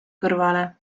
kõrvale